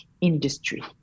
industry